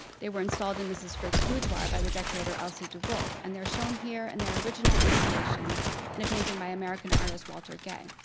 they were installed in mrs. frick's boudoir by the decorator elsie de wolfe, and they're shown here in their original installation in a painting by american artist walter gay.